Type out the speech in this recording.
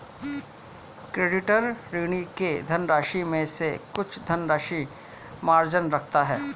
creditor, ऋणी के धनराशि में से कुछ धनराशि मार्जिन रखता है